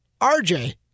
RJ